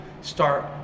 start